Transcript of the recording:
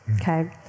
Okay